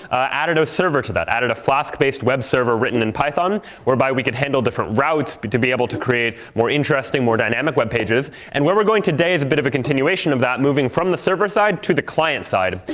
added a server to that, added a flask-based web server written in python, whereby we could handle different routes to be able to create more interesting, more dynamic web pages. and where we're going today is a bit of a continuation of that, moving from the server side to the client side,